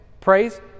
praise